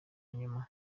nyuma